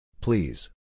Please